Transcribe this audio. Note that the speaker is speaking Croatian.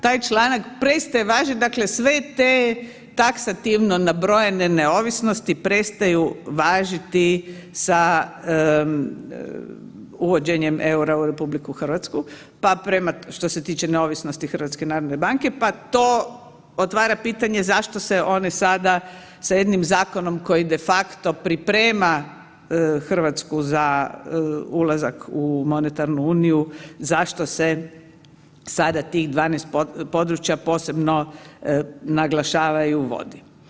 Taj članak prestaje važiti dakle sve te taksativno nabrojene neovisnosti prestaju važiti sa uvođenjem eura u RH, što se tiče neovisnosti HNB-a pa to otvara pitanje zašto se one sada sa jednim zakonom koji de facto priprema Hrvatsku za ulazak u monetarnu uniju zašto se sada tih 12 područja posebno naglašavaju vodi.